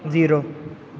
zero